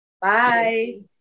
Bye